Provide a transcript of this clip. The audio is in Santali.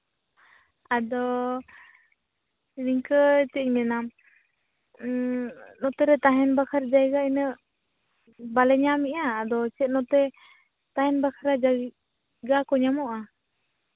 ᱟᱫᱚ ᱱᱤᱝᱠᱟᱹ ᱪᱮᱫ ᱤᱧ ᱢᱮᱱᱟ ᱱᱚᱛᱮ ᱨᱮ ᱛᱟᱦᱮᱱ ᱵᱟᱠᱷᱨᱟ ᱡᱟᱭᱜᱟ ᱩᱱᱟᱹᱜ ᱵᱟᱞᱮ ᱧᱟᱢ ᱮᱜᱼᱟ ᱟᱫᱚ ᱪᱮᱫ ᱱᱚᱛᱮ ᱛᱟᱦᱮᱱ ᱵᱟᱠᱷᱨᱟ ᱡᱟᱭᱜᱟ ᱠᱚ ᱧᱟᱢᱚᱜᱼᱟ